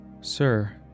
Sir